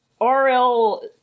rl